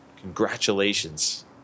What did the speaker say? Congratulations